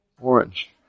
Orange